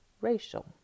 racial